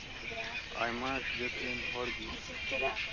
ᱟᱭᱢᱟ ᱡᱟᱹᱛ ᱨᱮᱱ ᱦᱚᱲ ᱜᱮ